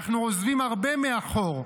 אנחנו עוזבים הרבה מאחור,